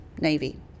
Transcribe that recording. Navy